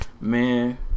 Man